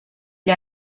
gli